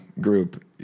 group